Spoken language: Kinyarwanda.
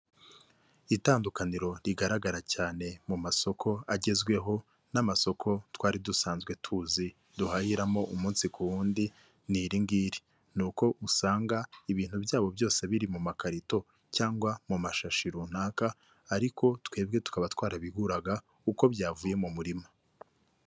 Itandukaniro rigaragara cyane mu masoko agezweho n'amasoko twari dusanzwe tuzi duhahiramo umunsi ku wundi, ni iri ngiri: ni uko usanga ibintu byabo byose biri mu makarito cyangwa mu mashashi runaka, ariko twebwe tukaba twarabiguraga kuko byavuye mu murima.